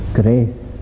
grace